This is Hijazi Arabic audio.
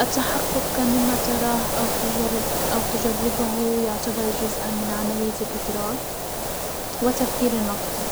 التحقق مما تراه او تجرب -او تجربه يعتبر جزءا من عملية الادراك وتفكير الناقضين.